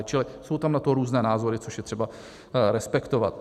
Čili jsou tam na to různé názory, což je třeba respektovat.